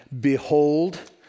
behold